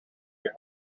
your